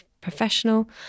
professional